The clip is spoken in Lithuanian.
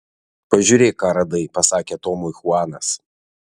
pažiūrėk ką radai pasakė tomui chuanas